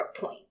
point